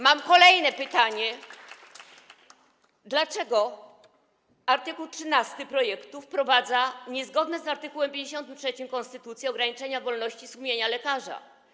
Mam kolejne pytanie: Dlaczego art. 13 projektu wprowadza niezgodne z art. 53 konstytucji ograniczenie wolności sumienia lekarza?